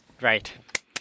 Right